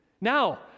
Now